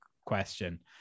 question